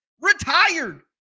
retired